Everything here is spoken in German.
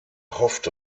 hoffte